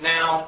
Now